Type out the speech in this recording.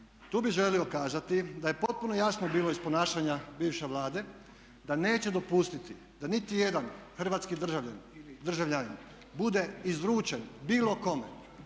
tu bih želio kazati da je potpuno jasno bilo iz ponašanja bivše Vlade da neće dopustiti da niti jedan hrvatski državljanin bude izručen bilo kome,